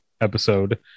episode